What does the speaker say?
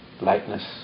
lightness